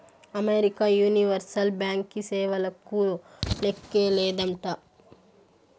America universal banking సేవలకు లేక్కే లేదంట